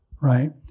Right